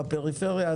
בפריפריה,